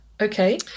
Okay